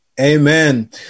Amen